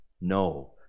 No